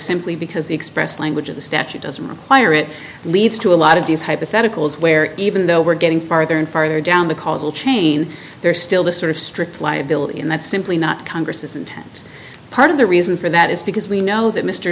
simply because the express language of the statute doesn't require it leads to a lot of these hypotheticals where even though we're getting farther and farther down the causal chain there's still this sort of strict liability and that's simply not congress's intense part of the reason for that is because we know that mr